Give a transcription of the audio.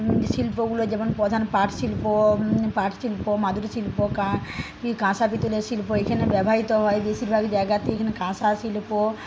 শিল্পগুলো যেমন প্রধান পাট শিল্প পাট শিল্প মাদুর শিল্প কাঁসা পিতলের শিল্প এখানে ব্যবহারিত হয় বেশীরভাগই জায়গাতে এখানে কাঁসা শিল্প